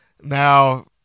Now